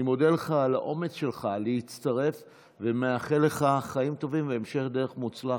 אני מודה לך על האומץ שלך להצטרף ומאחל לך חיים טובים והמשך דרך מוצלחת.